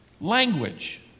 language